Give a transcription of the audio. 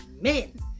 Men